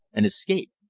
and escaped.